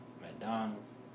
McDonald's